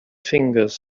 fingers